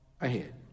ahead